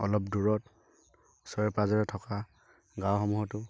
অলপ দূৰত ওচৰে পাজৰে থকা গাঁওসমূহতো